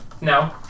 No